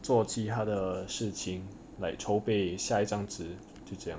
做其他的事情 like 筹备下一张纸就这样